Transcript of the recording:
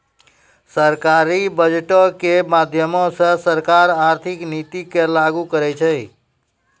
सरकारी बजटो के माध्यमो से सरकार आर्थिक नीति के लागू करै छै